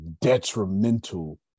detrimental